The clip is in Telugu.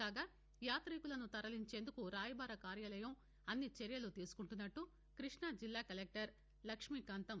కాగా యాతికులను తరలించేందుకు రాయబార కార్యాలయం అన్ని చర్యలు తీసుకుంటున్నట్లు కృష్ణా జిల్లా కలెక్టర్ లక్ష్మీకాంతం తెలియజేశారు